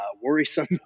worrisome